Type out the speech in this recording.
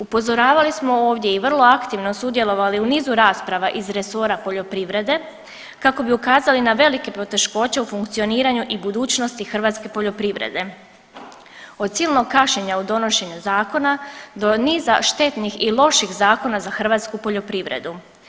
Upozoravali smo ovdje i vrlo aktivno sudjelovali u nizu rasprava iz resora poljoprivrede kako bi ukazali na velike poteškoće u funkcioniranju i budućnosti hrvatske poljoprivrede, od silnog kašnjenja u donošenju zakona do niza štetnih i loših zakona za hrvatsku poljoprivredu.